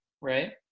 right